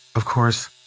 of course,